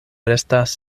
restas